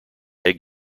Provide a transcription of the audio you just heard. egg